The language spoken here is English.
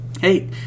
hey